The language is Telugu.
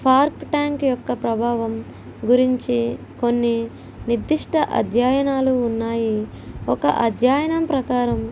షార్క్ ట్యాంక్ యొక్క ప్రభావం గురించి కొన్ని నిర్దిష్ట అధ్యయనాలు ఉన్నాయి ఒక అధ్యయనం ప్రకారం